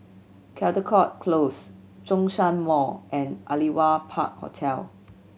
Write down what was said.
Caldecott Close Zhongshan Mall and Aliwal Park Hotel